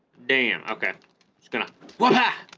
damn okay it's gonna what huh ah